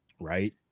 right